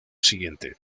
siguiente